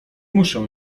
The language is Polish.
muszę